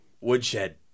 Woodshed